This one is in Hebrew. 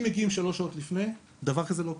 אם מגיעים 3 שעות לפני, דבר כזה לא קורה.